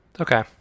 Okay